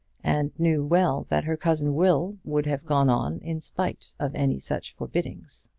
and knew well that her cousin will would have gone on in spite of any such forbiddings.